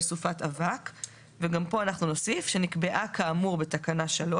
סופת אבק"; וגם פה אנחנו נוסיף "שנקבעה כאמור בתקנה (3)